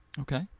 Okay